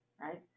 right